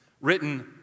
written